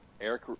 Eric